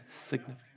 significant